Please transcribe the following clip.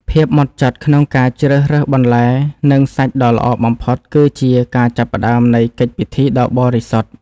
ភាពហ្មត់ចត់ក្នុងការជ្រើសរើសបន្លែ និងសាច់ដ៏ល្អបំផុត គឺជាការចាប់ផ្តើមនៃកិច្ចពិធីដ៏បរិសុទ្ធ។